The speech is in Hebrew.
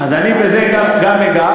אז גם בזה אני אגע.